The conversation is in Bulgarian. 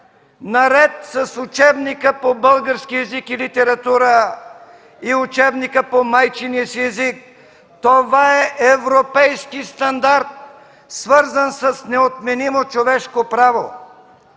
наред с учебника по български език и литература, и учебника по майчиния си език?! Това е европейски стандарт, свързан с неотменимо човешко право!